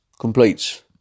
completes